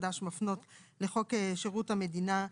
חדש מפנות לחוק שירות המדינה מינויים.